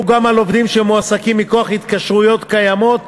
גם על עובדים שמועסקים מכוח התקשרויות קיימות.